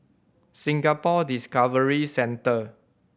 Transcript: Singapore Discovery Centre